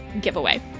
giveaway